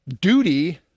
duty